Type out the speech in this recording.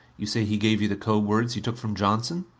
you say he gave you the code words he took from johnson?